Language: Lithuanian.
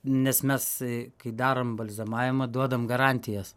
nes mes i kai darom balzamavimą duodam garantijas